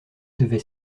devait